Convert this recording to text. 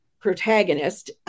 protagonist